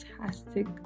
fantastic